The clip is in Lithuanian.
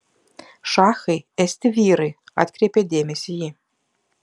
šachai esti vyrai atkreipė dėmesį ji